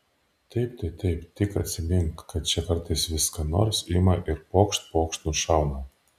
taip tai taip tik atsimink kad čia kartais vis ką nors ima ir pokšt pokšt nušauna